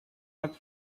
earth